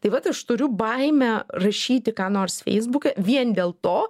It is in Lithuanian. tai vat aš turiu baimę rašyti ką nors feisbuke vien dėl to